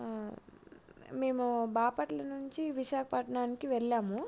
మేము బాపట్ల నుంచి విశాఖపట్నానికి వెళ్ళాము